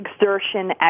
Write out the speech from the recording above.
exertion